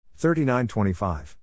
39-25